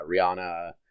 Rihanna